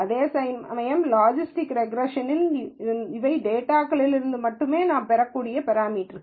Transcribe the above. அதேசமயம் logistic regression வில் இவை டேட்டாகளிலிருந்து மட்டுமே நான் பெறக்கூடிய பெராமீட்டர்க்கள்